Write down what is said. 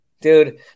dude